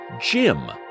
Jim